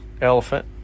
elephant